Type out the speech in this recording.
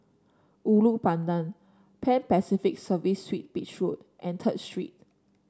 Ulu Pandan Pan Pacific Serviced Suit Beach Road and Third Street